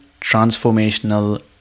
transformational